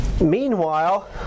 meanwhile